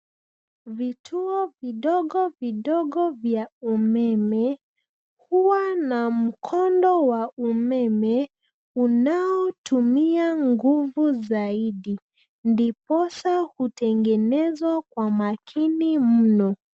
Vituo vidogo vidogo vya umeme huwa na mkondo wa umeme unaotumia nguvu zaidi ndiposa hutengenezwa kwa makini mno.